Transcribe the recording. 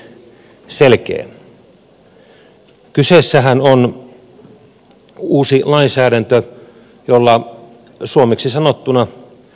kyseessähän on uusi lainsäädäntö jolla suomeksi sanottuna selätetään tietosuoja